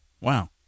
Wow